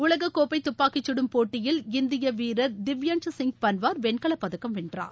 உலக கோப்பை துப்பாக்கி கடும் போட்டியில் இந்திய வீரர் திவ்யன்ஸ் சிங் பன்வார் வெண்கல பதக்கம் வென்றார்